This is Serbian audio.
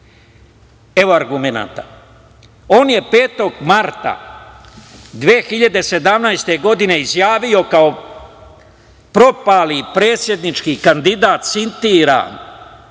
evo i argumenata. On je 5. marta 2017. godine izjavio kao propali predsednički kandidat, citiram